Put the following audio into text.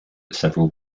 several